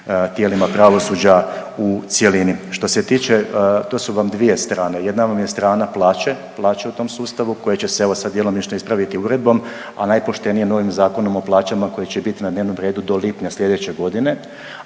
tijelima pravosuđa u cjelini. Što se tiče, to su vam dvije strane, jedna vam je strana plaća, plaće u tom sustavu koje će se, evo sad djelomično ispraviti uredbom, a najpoštenije, novim zakonom o plaćama koje će biti na dnevnom redu do lipnja sljedeće godine,